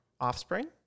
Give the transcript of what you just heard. offspring